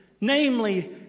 Namely